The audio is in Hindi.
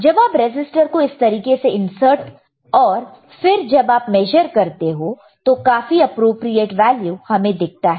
जब आप रेसिस्टर को इस तरीके से इंसर्ट और फिर जब आप मेशर करते हैं तो काफी एप्रोप्रियेट वैल्यू हमें दिखता है